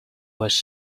was